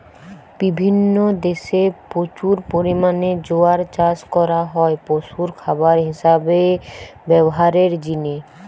বিভিন্ন দেশে প্রচুর পরিমাণে জোয়ার চাষ করা হয় পশুর খাবার হিসাবে ব্যভারের জিনে